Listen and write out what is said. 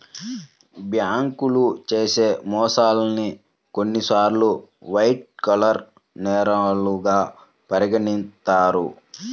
బ్యేంకులు చేసే మోసాల్ని కొన్నిసార్లు వైట్ కాలర్ నేరాలుగా పరిగణిత్తారు